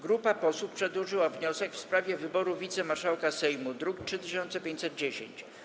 Grupa posłów przedłożyła wniosek w sprawie wyboru wicemarszałka Sejmu, druk nr 3510.